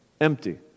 empty